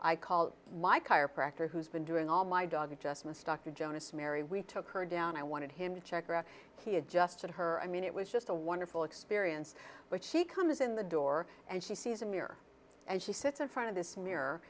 i called my chiropractor who's been doing all my dog adjustments dr jonas mary we took her down i wanted him to check he adjusted her i mean it was just a wonderful experience but she comes in the door and she sees a mirror and she sits in front of this mirror